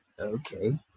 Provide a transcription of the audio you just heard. Okay